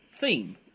theme